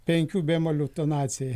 penkių bemolių tonacija